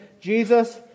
Jesus